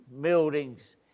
buildings